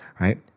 right